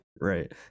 Right